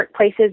workplaces